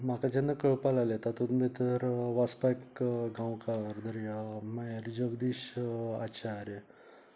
म्हाका जेन्ना कळपा लागले तातूंन भितर वसूपैयक गांवकार धरया मागीर जगदीश आचार्य